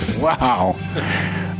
Wow